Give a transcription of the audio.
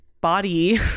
body